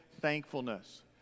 thankfulness